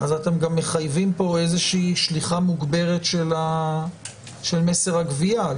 אז אתם גם מחייבים פה איזושהי שליחה מוגברת של מסר הגבייה,